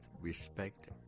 respect